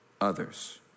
others